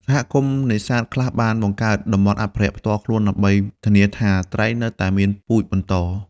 សហគមន៍នេសាទខ្លះបានបង្កើត តំបន់អភិរក្ស ផ្ទាល់ខ្លួនដើម្បីធានាថាត្រីនៅតែមានពូជបន្ត។